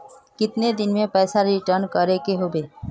कितने दिन में पैसा रिटर्न करे के होते?